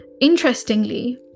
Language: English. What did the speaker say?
interestingly